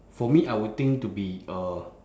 for me I would think to be a